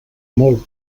molt